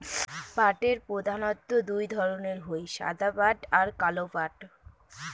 পাটের প্রধানত্ব দু ধরণের হই সাদা পাট আর কালো পাট